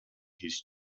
his